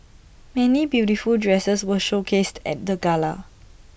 many beautiful dresses were showcased at the gala